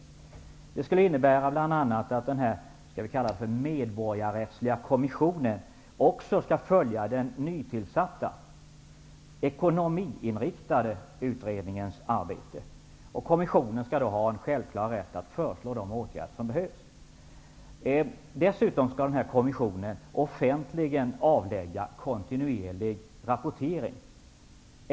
Det här skulle innebära att den medborgerliga kommissionen också skall följa den nytillsatta ekonomiinriktade utredningens arbete. Kommissionen skall ha en självklar rätt att föreslå de åtgärder som behöver vidtas. Dessutom skall kommissionen offentligt avlägga kontinuerliga rapporter.